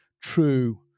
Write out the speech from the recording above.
true